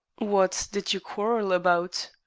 what did you quarrel about?